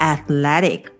Athletic